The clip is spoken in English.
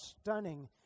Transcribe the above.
stunning